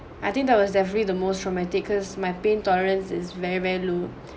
I think that was definitely the most traumatic cause my pain tolerance is very very low